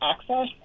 access